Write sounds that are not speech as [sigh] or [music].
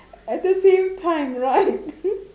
at the same time right [laughs]